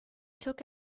took